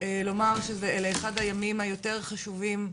לומר שאלה אחד הימים היותר חשובים,